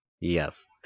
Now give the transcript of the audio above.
Yes